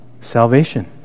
salvation